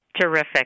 Terrific